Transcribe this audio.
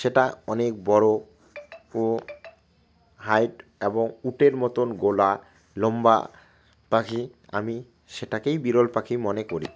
সেটা অনেক বড়ো ও হাইট এবং উটের মতন গলা লম্বা পাখি আমি সেটাকেই বিরল পাখি মনে করি